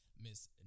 Miss